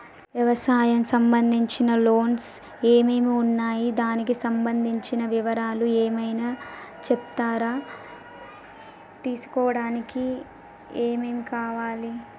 వ్యవసాయం సంబంధించిన లోన్స్ ఏమేమి ఉన్నాయి దానికి సంబంధించిన వివరాలు ఏమైనా చెప్తారా తీసుకోవడానికి ఏమేం కావాలి?